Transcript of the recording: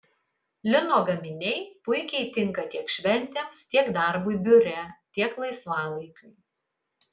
lino gaminiai puikiai tinka tiek šventėms tiek darbui biure tiek laisvalaikiui